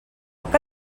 que